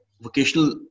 vocational